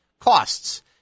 costs